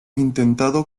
intentado